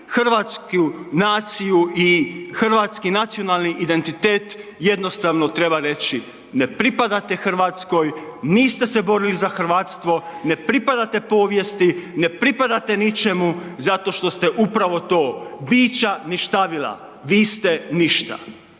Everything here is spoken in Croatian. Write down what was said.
hrvatsku naciju i hrvatski nacionalni identitet, jednostavno treba reći „ne pripadate Hrvatskoj, niste se borili za hrvatstvo, ne pripadate povijesti, ne pripadate ničemu zato što ste upravo, bića ništavila, vi ste ništa.“